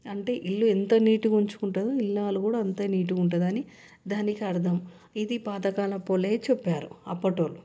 అంటే ఇల్లు ఎంత నీటుగా ఉంచుకుంటుందో ఇల్లాలు కూడా అంత నీట్గా ఉంటదని దానికి అర్థం ఇది పాతకాలపు వాళ్ళే చెప్పారు అపటి వాళ్ళు